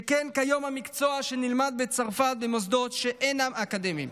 שכן כיום המקצוע נלמד בצרפת במוסדות שאינם אקדמיים.